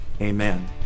Amen